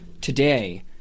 today